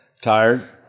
Tired